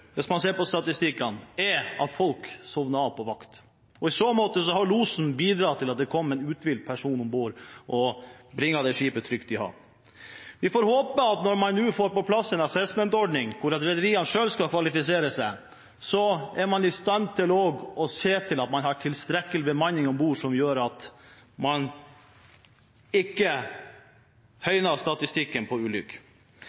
hvis man ser på statistikkene, er at folk sovner på vakt. I så måte har losen bidratt til at det kom en uthvilt person om bord og brakte det skipet trygt i havn. Vi får håpe at man – når man nå får på plass en assessorordning der rederiene selv skal kvalifisere seg – er i stand til å se til at man har tilstrekkelig bemanning om bord, som gjør at man ikke